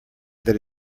that